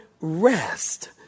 rest